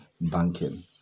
banking